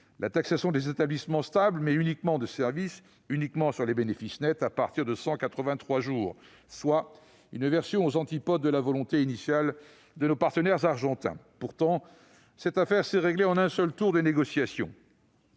la taxation des établissements stables, mais uniquement de services, seulement sur les bénéfices nets, à partir de 183 jours : c'est aux antipodes de la volonté initiale de nos partenaires argentins ! Pourtant, cette affaire s'est réglée en un seul tour de négociation,